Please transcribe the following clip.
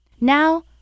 Now